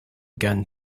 gun